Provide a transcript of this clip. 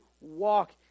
walk